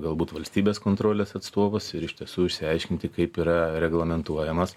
galbūt valstybės kontrolės atstovus ir iš tiesų išsiaiškinti kaip yra reglamentuojamas